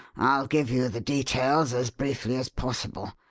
i'll give you the details as briefly as possible.